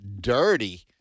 dirty